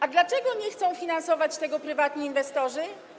A dlaczego nie chcą finansować tego prywatni inwestorzy?